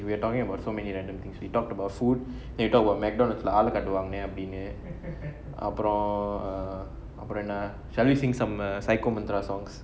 we're talking about so many random things we talked about food then you talk about mcdonald's ஆள காட்டவானே அப்புறம் அப்புறம் என்ன:aala kaatavaane apuramapuram enna shall we sing some psycho mithra songs